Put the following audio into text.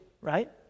right